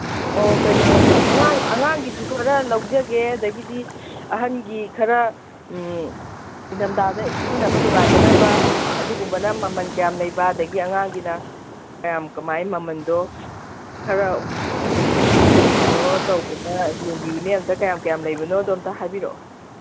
ꯑꯣ ꯀꯩꯅꯣ ꯑꯉꯥꯡꯒꯤꯁꯨ ꯈꯔ ꯂꯧꯖꯒꯦ ꯑꯗꯒꯤꯗꯤ ꯑꯍꯟꯒꯤ ꯈꯔ ꯏꯟꯗꯝꯗꯥꯗ ꯁꯤꯖꯤꯟꯅꯕ ꯅꯨꯡꯉꯥꯏꯒꯗꯕ ꯑꯗꯨꯒꯨꯝꯕꯅ ꯃꯃꯟ ꯀꯌꯥꯝ ꯂꯩꯕ ꯑꯉꯥꯡꯒꯤꯅ ꯀꯌꯥ ꯀꯌꯥꯝ ꯃꯃꯟꯗꯣ ꯈꯔ ꯀꯩꯅꯣ ꯇꯧꯕꯗ ꯌꯦꯡꯕꯤꯌꯨꯅꯦ ꯑꯝꯇ ꯀꯌꯥꯝ ꯀꯌꯥꯝ ꯂꯩꯕꯅꯣꯗꯣ ꯑꯝꯇ ꯍꯥꯏꯕꯤꯔꯛꯑꯣ